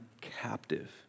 captive